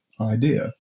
idea